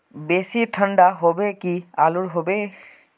बेसी ठंडा होबे की आलू होबे